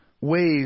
ways